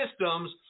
systems